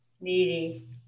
Needy